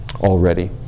already